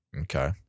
Okay